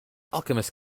alchemist